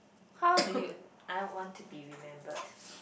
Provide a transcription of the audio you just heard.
how do you I want to be remembered